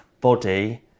body